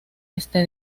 este